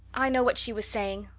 i know what she was saying.